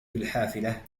بالحافلة